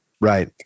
right